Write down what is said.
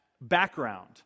background